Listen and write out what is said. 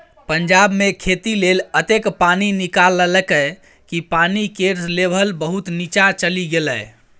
पंजाब मे खेती लेल एतेक पानि निकाललकै कि पानि केर लेभल बहुत नीच्चाँ चलि गेलै